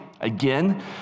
Again